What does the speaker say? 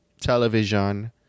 television